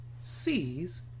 sees